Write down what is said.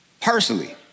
Personally